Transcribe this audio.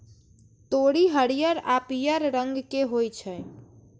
तोरी हरियर आ पीयर रंग के होइ छै